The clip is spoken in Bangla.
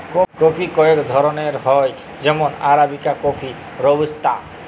কফি কয়েক ধরলের হ্যয় যেমল আরাবিকা কফি, রবুস্তা